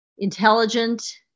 intelligent